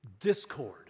discord